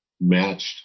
matched